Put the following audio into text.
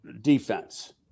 defense